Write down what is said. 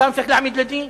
אותם צריך להעמיד לדין.